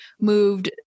moved